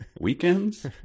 weekends